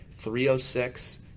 .306